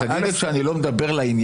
א' --- כשתגיד לי שאני לא מדבר לעניין